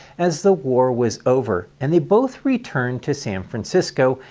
as the war was over and they both returned to san francisco,